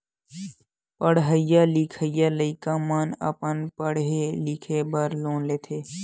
पड़हइया लिखइया लइका मन ह अपन पड़हे लिखे बर लोन लेथे